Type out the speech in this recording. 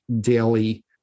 daily